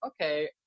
Okay